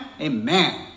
Amen